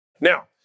Now